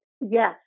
yes